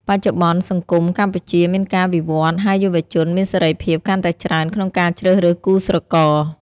បច្ចុប្បន្នសង្គមកម្ពុជាមានការវិវត្តន៍ ហើយយុវជនមានសេរីភាពកាន់តែច្រើនក្នុងការជ្រើសរើសគូស្រករ។